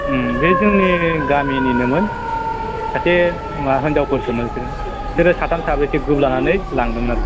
बे जोंनि गामिनिनोमोन सासे माबा होन्जावफोरसोमोन बिसोरो बिसोरो साथाम साब्रैसो ग्रुप लानानै लांदोमोन आरखि